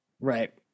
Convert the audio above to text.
Right